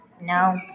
no